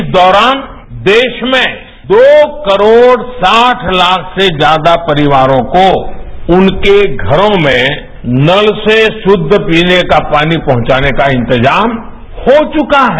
इस दौरान देश में दो करोड़ साठ लाख से ज्यादा परिवारों को उनके घरों में नल से शुद्ध पीने का पानी पहुंचाने का इंतजाम हो चुका है